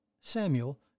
Samuel